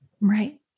Right